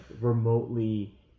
remotely